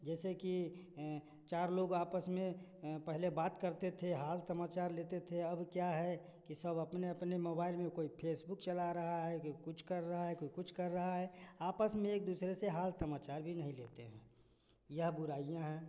जैसे कि चार लोग आपस में पहले बात करते थे हाल समाचार लेते थे अब क्या है कि सब अपने अपने मोबाइल में कोई फेसबुक चला रहा है कोई कुछ कर रहा है कोई कुछ कर रहा है आपस में एक दूसरे से हाल समाचार भी नहीं लेते हैं यह बुराइयाँ हैं